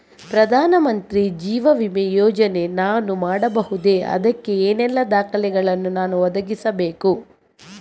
ಪ್ರಧಾನ ಮಂತ್ರಿ ಜೀವ ವಿಮೆ ಯೋಜನೆ ನಾನು ಮಾಡಬಹುದೇ, ಅದಕ್ಕೆ ಏನೆಲ್ಲ ದಾಖಲೆ ಯನ್ನು ನಾನು ಒದಗಿಸಬೇಕು?